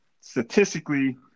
statistically